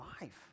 life